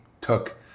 took